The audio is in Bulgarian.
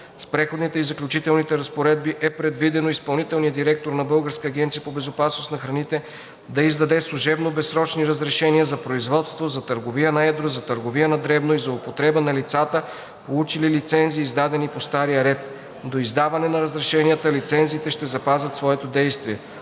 С Преходните и заключителните разпоредби е предвидено изпълнителният директор на Българската агенция по безопасност на храните да издаде служебно безсрочни разрешения за производство, за търговия на едро, за търговия на дребно и за употреба на лицата, получили лицензи, издадени по стария ред. До издаване на разрешенията лицензите ще запазят своето действие.